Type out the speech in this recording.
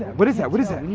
what is that, what is that?